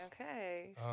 Okay